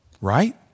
right